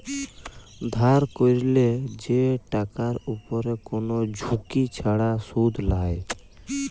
ধার ক্যরলে যে টাকার উপরে কোন ঝুঁকি ছাড়া শুধ লায়